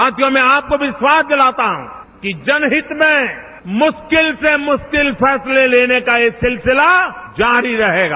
साथियों मैं आपको विश्वास दिलाता हूं कि जनहित में मुश्किल से मुश्किल फैसले लेने का यह सिलसिला जारी रहेगा